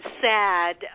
sad